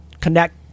connect